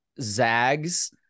zags